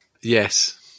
yes